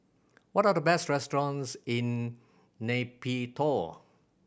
what are the best restaurants in Nay Pyi Taw